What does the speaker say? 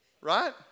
right